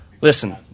listen